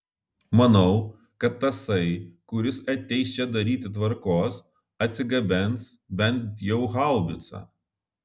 manau kad tasai kuris ateis čia daryti tvarkos atsigabens bent jau haubicą